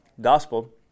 gospel